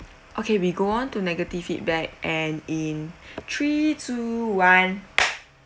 okay we go on to negative feedback and in three two one